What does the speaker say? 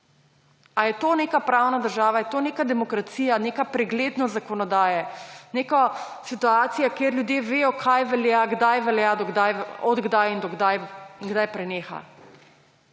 A je to neka pravna država, a je to neka demokracija, neka preglednost zakonodaje, neka situacija, kjer ljudje vejo, kaj velja, kdaj velja, do kdaj, od kdaj in